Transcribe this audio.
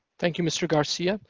thank you, mr. garcia.